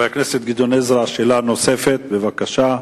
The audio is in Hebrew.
חבר הכנסת גדעון עזרא, שאלה נוספת, בבקשה.